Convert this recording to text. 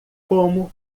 como